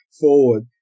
forward